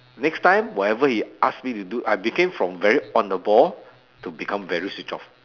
next time whatever he ask me to do I became from very on the ball to become very switch off